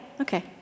okay